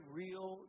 real